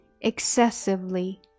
excessively